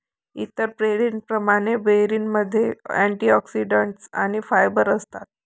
इतर बेरींप्रमाणे, बेरीमध्ये अँटिऑक्सिडंट्स आणि फायबर असतात